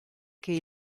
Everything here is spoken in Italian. che